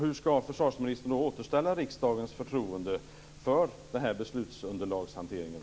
Hur skall försvarsministern återställa riksdagens förtroende för den här hanteringen av beslutsunderlagen?